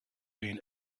been